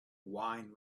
wine